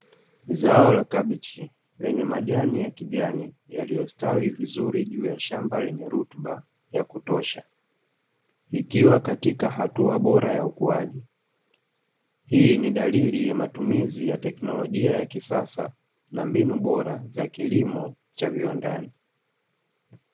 Zao la kabichi lenye majani ya kijani yaliyo stawi vizuri juu ya shamba lenye rutuba ya kutosha, likiwa katika hatua bora ya ukuaji, hii ni dalili ya matumizi ya teknolojia ya kisasa na mbinu bora za kilimo cha viwandani.